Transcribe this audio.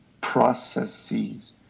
processes